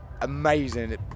Amazing